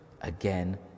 again